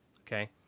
okay